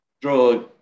draw